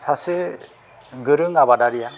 सासे गोरों आबादारिआ